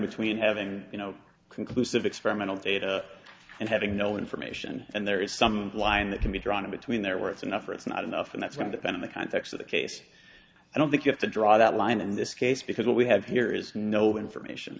between having you know conclusive experimental data and having no information and there is some line that can be drawn in between there where it's enough or it's not enough and that's one of the then in the context of the case i don't think you have to draw that line in this case because what we have here is no information